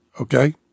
Okay